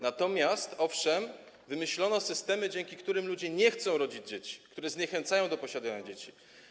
Natomiast, owszem, wymyślono systemy, dzięki którym ludzie nie chcą rodzić dzieci, które zniechęcają do posiadania dzieci.